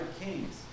kings